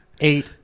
eight